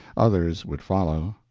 others would follow.